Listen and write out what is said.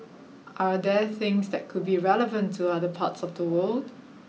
are there things that could be relevant to other parts of the world